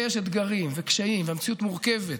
יש אתגרים וקשיים והמציאות מורכבת,